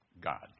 God